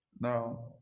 Now